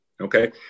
okay